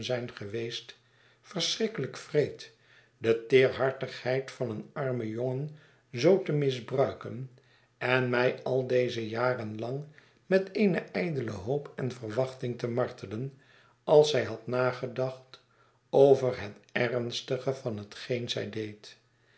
zijn geweest verschrikkelijk wreed de teerhartigheid van een armen jongen zoo te misbruiken en mij al deze jaren lang met eene ijdelehoop en verwachting te martelen als zij had nagedacht over het ernstige van hetgeen zij deed